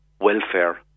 welfare